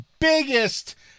biggest